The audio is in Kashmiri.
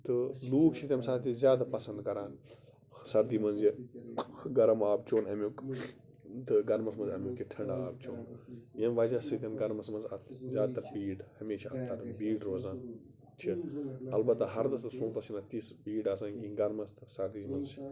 تہٕ لوٗکھ چھِ تمہِ ساتہٕ یہِ زیادٕ پَسنٛد کَران سردی منٛز یہِ گرم آب چیٚون اَمیُک تہٕ گرمَس منٛز امیُک یہِ ٹھنٛڈٕ آب چیٚون ییٚمہِ وَجہ سۭتٮ۪ن گَرمَس منٛز اَتھ زیادٕ تَر بیٖڑ ہمیشہ اَتھ تَر بیٖڑ روزان چھِ البتہ ہَردَس تہٕ سونٛتَس چھِنہٕ اَتھ تِژھ بیٖڑ آسان کِہیٖنۍ گَرمَس تہٕ سردی منٛز چھِ